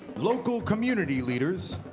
local community leaders,